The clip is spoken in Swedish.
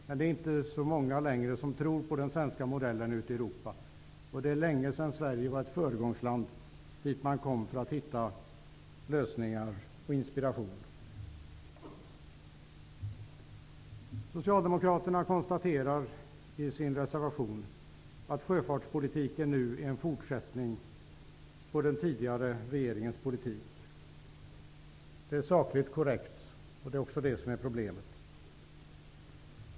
Men det är inte längre så många ute i Europa som tror på den svenska modellen. Det är länge sedan Sverige var ett föregångsland dit man for för att hämta inspiration och för att hitta lösningar. Socialdemokraterna konstaterar i sin reservation att sjöfartspolitiken nu är en fortsättning på den föregående regeringens politik. Det är sakligt korrekt, och det är också det som är problemet.